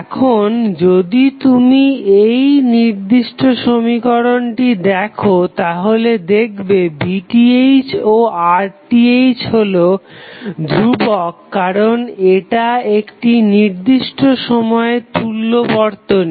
এখন যদি তুমি এই নির্দিষ্ট সমীকরণটি দেখো তাহলে দেখবে VTh ও RTh হলো ধ্রুবক কারণ এটা একটি নির্দিষ্ট সময়ে তুল্য বর্তনী